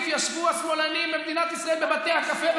יש פה מישהו שהצביע בעד הנסיגה חוץ מנתניהו?